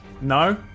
No